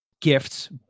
Gifts